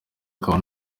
akaba